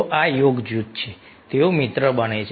તો આ યોગ જૂથ છે તેઓ મિત્ર બને છે